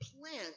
plant